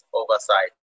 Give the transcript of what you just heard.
oversight